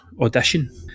Audition